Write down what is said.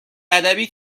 ادبی